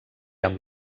amb